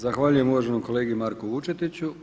Zahvaljujem uvaženom kolegi Marku Vučetiću.